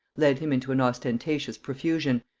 led him into an ostentatious profusion,